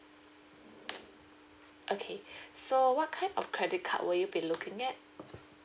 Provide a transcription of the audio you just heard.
okay so what kind of credit card will you be looking at